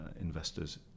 investors